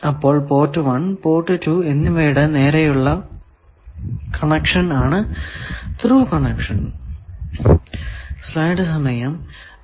അപ്പോൾ port 1 port 2 എന്നിവയുടെ നേരെയുള്ള കണക്ഷൻ ആണ് ത്രൂ കണക്ഷൻ